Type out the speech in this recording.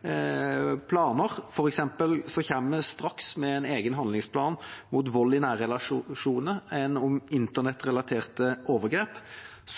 planer – vi kommer f.eks. straks med en egen handlingsplan mot vold i nære relasjoner, en om internettrelaterte overgrep –